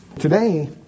Today